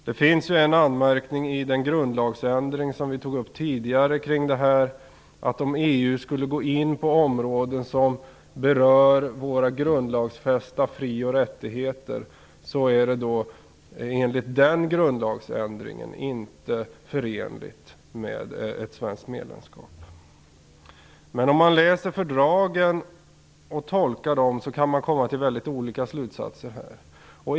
Det finns en anmärkning i den grundslagsändring som vi tidigare tog upp här: Om EU skulle gå in på områden som berör våra grundlagfästa fri och rättigheter är det enligt den grundlagsändringen inte förenligt med ett svenskt medlemskap. Men om man läser fördragen och tolkar dem kan man komma till väldigt olika slutsatser här.